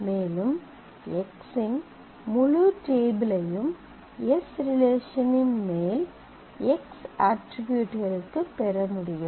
மேலும் X இன் முழு டேபிளையும் s ரிலேஷனின் மேல் X அட்ரிபியூட்களுக்கு பெற முடியும்